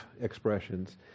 expressions